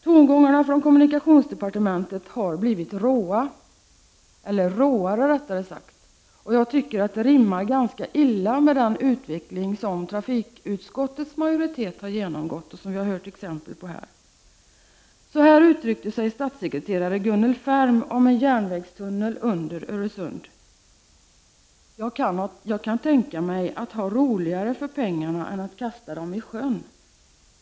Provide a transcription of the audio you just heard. Tongångarna från kommunikationsdepartementet har blivit råare. Jag tycker det rimmar ganska illa med den utveckling som trafikutskottets majoritet har genomgått och som vi hört exempel på här. Så här uttryckte sig statssekreterare Gunnel Färm om en järnvägstunnel under Öresund: ”Jag kan tänka mig att ha roligare för pengarna än att kasta dem i sjön.